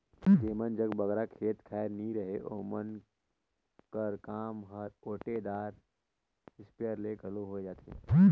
जेमन जग बगरा खेत खाएर नी रहें ओमन कर काम हर ओटेदार इस्पेयर ले घलो होए जाथे